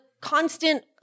constant